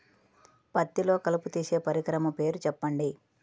పత్తిలో కలుపు తీసే పరికరము పేరు చెప్పండి